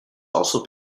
also